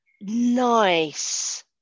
Nice